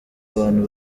abantu